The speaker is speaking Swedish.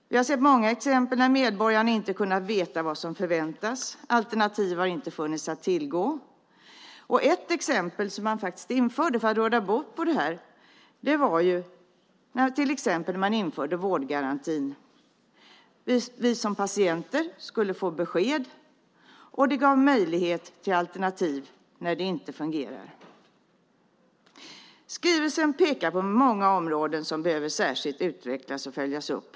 Vi har sett många exempel där medborgarna inte har kunnat veta vad som förväntas. Alternativ har inte funnits att tillgå. Vårdgarantin är ett exempel på något som infördes för att råda bot på detta. Vi som patienter skulle få besked, och det gav möjlighet till alternativ när det inte fungerar. I skrivelsen pekar man på många områden som särskilt behöver utvecklas och följas upp.